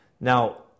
Now